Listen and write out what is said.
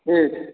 ठीक है